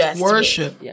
Worship